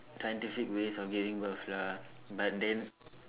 scientific ways of getting birth lah but then